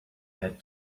had